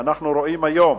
כשאנחנו רואים היום,